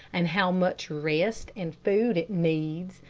and how much rest and food it needs,